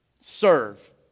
Serve